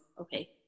okay